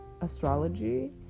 astrology